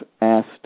asked